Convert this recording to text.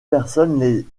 personnes